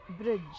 bridge